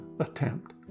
attempt